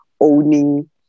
owning